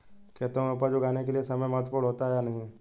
खेतों में उपज उगाने के लिये समय महत्वपूर्ण होता है या नहीं?